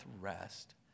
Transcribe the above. rest